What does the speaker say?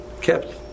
kept